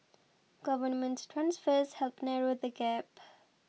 government transfers help narrow the gap